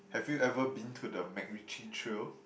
have you ever been to the MacRitchie trail